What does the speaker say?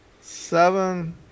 seven